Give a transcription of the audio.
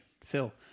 Phil